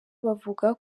bavuga